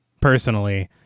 personally